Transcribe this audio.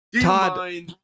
Todd